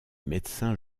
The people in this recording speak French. médecin